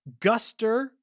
Guster